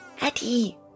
Eddie